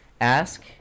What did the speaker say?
ask